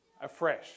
afresh